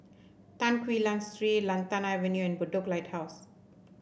Tan Quee Lan Street Lantana Avenue and Bedok Lighthouse